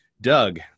Doug